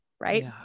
Right